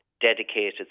dedicated